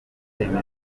remezo